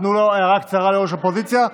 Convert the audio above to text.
תנו הערה קצרה לראש האופוזיציה,